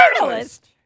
Journalist